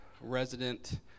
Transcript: resident